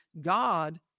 God